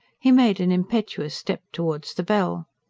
he made an impetuous step towards the bell.